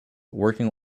working